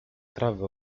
trawę